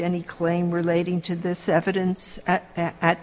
any claim relating to this evidence at